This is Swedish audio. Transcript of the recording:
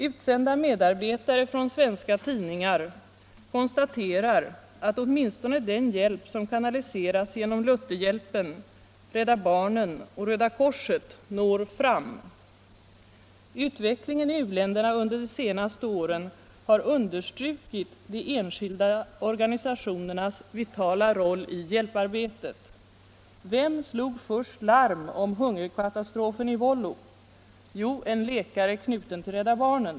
Utsända medarbetare från svenska tidningar konstaterar att åtminstone den hjälp som kanaliseras genom Lutherhjälpen, Rädda barnen och Röda korset når fram. Utvecklingen i u-länderna under de senaste åren har understrukit de enskilda organisationernas vitala roll i hjälparbetet. Vem slog först larm om hungerkatastrofen i Wollo? Jo, en läkare knuten till Rädda barnen.